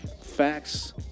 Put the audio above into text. Facts